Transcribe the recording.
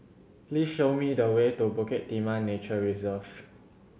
please show me the way to Bukit Timah Nature Reserve